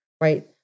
right